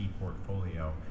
portfolio